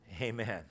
Amen